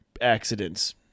accidents